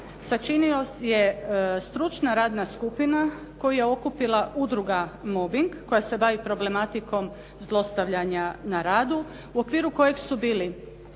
sačinila je stručna radna skupina koju je okupila Udruga “Mobbing“ koja se bavi problematikom zlostavljanja na radu u okviru kojeg su bili